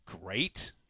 great